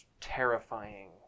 terrifying